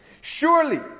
Surely